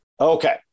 Okay